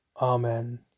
Amen